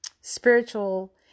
spiritual